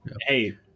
Hey